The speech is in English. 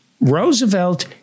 Roosevelt